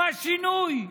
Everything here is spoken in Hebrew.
מה שינוי?